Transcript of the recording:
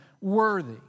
worthy